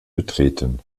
betreten